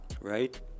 right